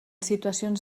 situacions